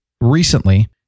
recently